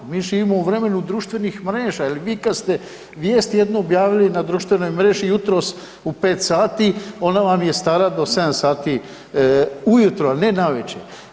Mi živimo u vremenu društvenih mreža jer vi kad ste jednu objavili na društvenoj mreži jutros u 5 sati ona vam je stara do 7 sati ujutro ne navečer.